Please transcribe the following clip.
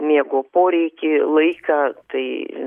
miego poreikį laiką tai